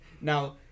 Now